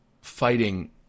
fighting